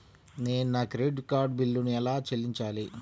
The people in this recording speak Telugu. నేను నా క్రెడిట్ కార్డ్ బిల్లును ఎలా చెల్లించాలీ?